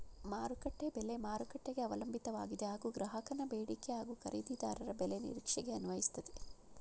ಮಾರುಕಟ್ಟೆ ಬೆಲೆ ಮಾರುಕಟ್ಟೆಗೆ ಅವಲಂಬಿತವಾಗಿದೆ ಹಾಗೂ ಗ್ರಾಹಕನ ಬೇಡಿಕೆ ಹಾಗೂ ಖರೀದಿದಾರರ ಬೆಲೆ ನಿರೀಕ್ಷೆಗೆ ಅನ್ವಯಿಸ್ತದೆ